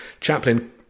Chaplin